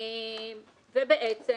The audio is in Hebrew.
ובעצם